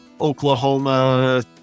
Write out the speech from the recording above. Oklahoma